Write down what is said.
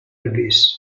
dubious